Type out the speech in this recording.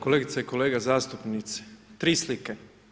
Kolegice i kolege zastupnici, 3 slike.